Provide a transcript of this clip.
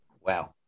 Wow